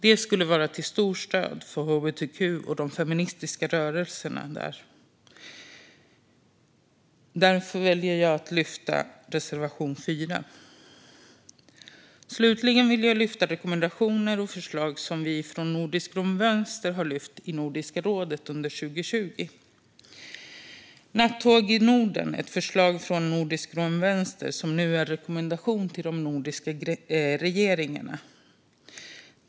Det skulle vara till stort stöd för hbtq och för de feministiska rörelserna där. Därför väljer jag att yrka bifall till reservation 4. Slutligen vill jag lyfta fram rekommendationer som vi från Nordisk grön vänster har tagit upp i Nordiska rådet under 2020. Nattåg i Norden är ett förslag från Nordisk grön vänster som nu är en rekommendation till de nordiska regeringarna.